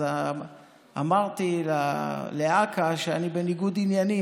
אז אמרתי לאכ"א שאני בניגוד עניינים,